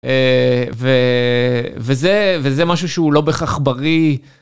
וזה משהו שהוא לא בהכרח בריא.